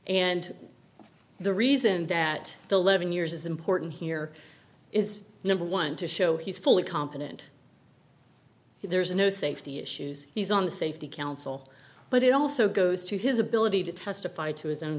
and the reason that the living years is important here is number one to show he's fully competent there's no safety issues he's on the safety council but it also goes to his ability to testify to his own